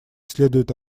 следует